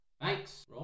Thanks